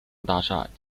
大厦